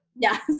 Yes